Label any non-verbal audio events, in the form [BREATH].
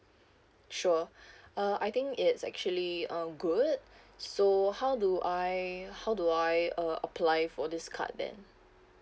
sure [BREATH] uh I think it's actually um good [BREATH] so how do I how do I uh apply for this card then